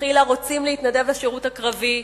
שמלכתחילה רוצים להתנדב לשירות הקרבי.